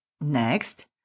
Next